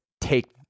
take